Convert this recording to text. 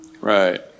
Right